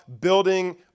building